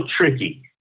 tricky